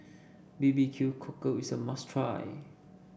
B B Q Cockle is a must try